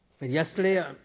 Yesterday